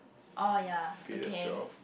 oh ya okay